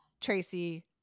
Tracy